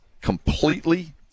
completely